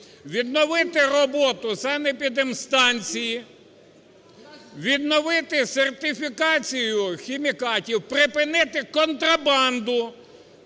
відновити роботу санепідемстанції, відновити сертифікацію хімікатів, припинити контрабанду